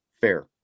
fair